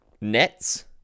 nets